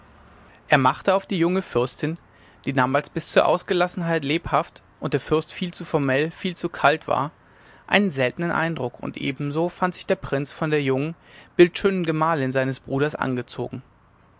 er machte auf die junge fürstin die damals bis zur ausgelassenheit lebhaft und der der fürst viel zu formell viel zu kalt war einen seltenen eindruck und ebenso fand sich der prinz von der jungen bildschönen gemahlin seines bruders angezogen